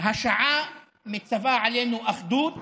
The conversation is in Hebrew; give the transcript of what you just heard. השעה מצווה עלינו אחדות